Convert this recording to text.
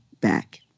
back